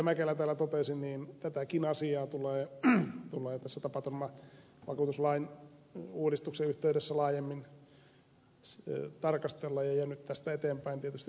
mäkelä täällä totesi tätäkin asiaa tulee tässä tapaturmavakuutuslain uudistuksen yhteydessä laajemmin tarkastella ja nyt tästä eteenpäin tietysti seuratakin